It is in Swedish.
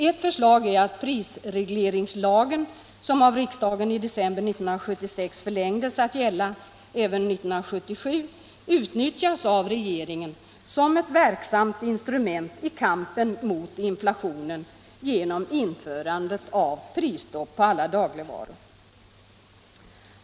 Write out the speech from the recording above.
Ett förslag är att hyresregleringslagen, som av riksdagen i debatt Allmänpolitisk debatt av prisstopp på alla dagligvaror.